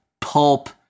pulp